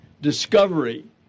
discovery